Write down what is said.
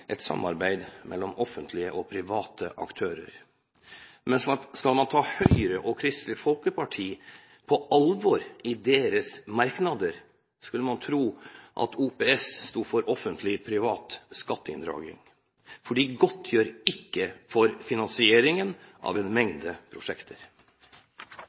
et samarbeid mellom offentlige og private aktører. Men skal man ta Høyre og Kristelig Folkeparti på alvor i deres merknader, skulle man tro at OPS sto for offentlig privat skatteinndriving, for de godtgjør ikke finansieringen av en